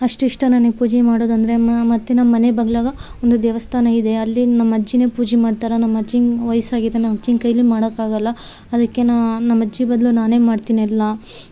ಅಷ್ಟು ಇಷ್ಟ ನನಗ್ ಪೂಜೆ ಮಾಡೋದಂದರೆ ಮತ್ತು ನಮ್ಮ ಮನೆ ಬಾಗಿಲಾಗ ಒಂದು ದೇವಸ್ಥಾನ ಇದೆ ಅಲ್ಲಿ ನಮ್ಮ ಅಜ್ಜಿನೇ ಪೂಜೆ ಮಾಡ್ತಾರೆ ನಮ್ಮ ಅಜ್ಜಿಗೆ ವಯಸ್ಸು ಆಗಿದೆ ನಮ್ಮ ಅಜ್ಜಿ ಕೈಲಿ ಮಾಡೋಕ್ಕಾಗಲ್ಲ ಅದಕ್ಕೆ ನಮ್ಮ ಅಜ್ಜಿ ಬದಲು ನಾನೆ ಮಾಡ್ತಿನೆಲ್ಲ